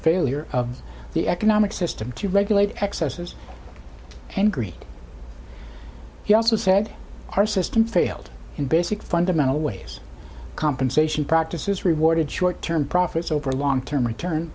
failure of the economic system to regulate excesses and greet he also said our system failed in basic fundamental ways compensation practices rewarded short term profits over long term return